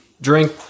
drink